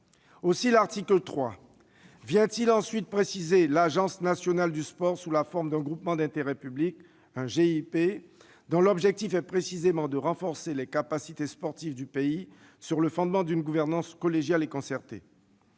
Aussi l'article 3 vient-il préciser l'Agence nationale du sport sous la forme d'un groupement d'intérêt public, ou GIP, dont l'objectif est précisément de renforcer les capacités sportives du pays sur le fondement d'une gouvernance collégiale et concertée.